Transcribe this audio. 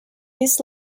this